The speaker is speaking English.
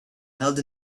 held